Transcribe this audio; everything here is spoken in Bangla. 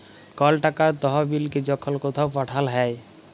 কল টাকার তহবিলকে যখল কথাও পাঠাল হ্যয়